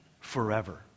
forever